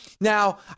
Now